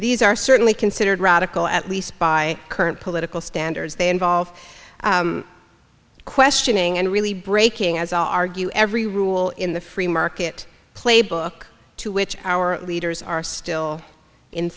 these are certainly considered radical at least by current political standards they involve questioning and really breaking as argue every rule in the free market playbook to which our leaders are still in